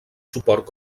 suport